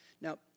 Now